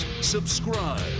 subscribe